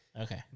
Okay